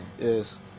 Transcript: Yes